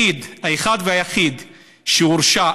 האחד והיחיד שהורשע